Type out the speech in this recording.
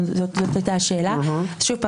שוב,